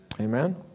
Amen